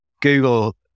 Google